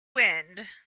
wind